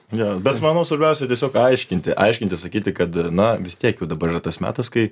ne bet manau svarbiausia tiesiog aiškinti aiškinti sakyti kad na vis tiek jau dabar yra tas metas kai